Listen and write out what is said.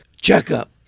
checkup